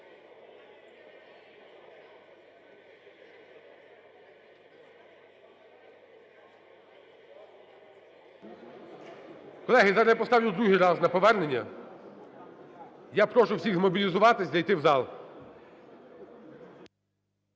Колеги, зараз я поставлю другий раз на повернення. Я прошу всіхзмобілізуватись, зайти в зал.